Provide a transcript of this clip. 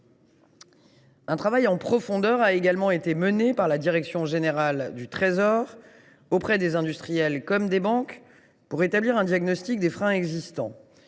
Un travail en profondeur a également été mené par la direction générale du Trésor auprès des industriels comme des banques, pour établir un diagnostic des freins existants.